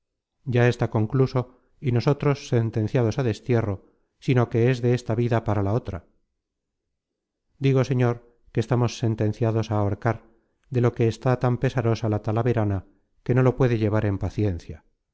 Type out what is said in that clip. ya está concluso y nosotros sentenciados á destierro sino que es de esta vida para la otra digo señor que estamos sen tenciados á ahorcar de lo que está tan pesarosa la talavera na que no lo puede llevar en paciencia